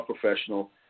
Professional